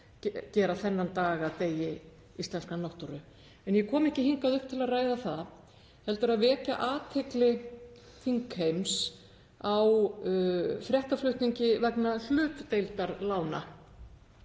að gera þennan dag að degi íslenskrar náttúru. En ég kom ekki hingað upp til að ræða það heldur til að vekja athygli þingheims á fréttaflutningi vegna hlutdeildarlána.